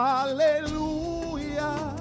Hallelujah